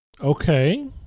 Okay